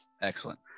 Excellent